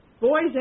boys